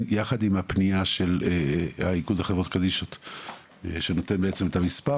יחד עם הפנייה של איגוד חברות קדישא שנותן את המספר.